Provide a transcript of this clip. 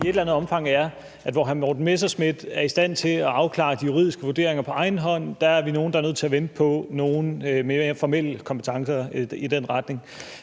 i et eller andet omfang er, at hvor hr. Morten Messerschmidt er i stand til at afklare de juridiske vurderinger på egen hånd, er vi nogle, der er nødt til at vente på nogle med mere formelle kompetencer i den retning.